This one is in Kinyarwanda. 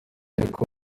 ariko